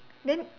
then